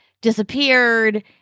disappeared